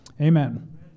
Amen